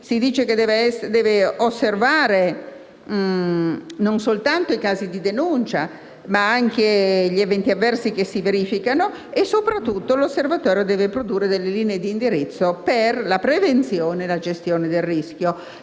debba osservare non soltanto i casi di denuncia, ma anche gli eventi avversi che si verificano e, soprattutto, debba produrre le linee di indirizzo per la prevenzione e la gestione del rischio